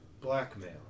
blackmail